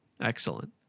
Excellent